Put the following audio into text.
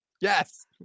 Yes